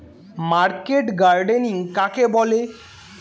Market gardening কাকে বলে?